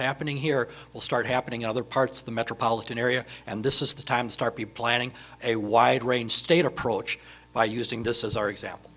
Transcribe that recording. happening here will start happening in other parts of the metropolitan area and this is the time start be planning a wide range state approach by using this as our example